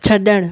छड॒ण